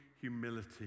humility